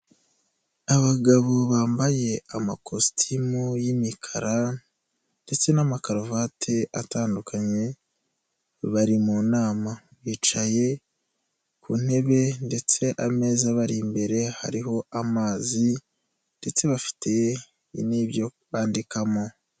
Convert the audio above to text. Abagabo bambaye amakositimu y'imikara ndetse n'amakaruvati atandukanye bari mu nama bicaye ku ntebe ndetse ameza bari imbere hariho amazi ndetse bafite n'ibyo bandikamo.